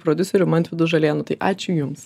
prodiuseriu mantvydu žalėnu tai ačiū jums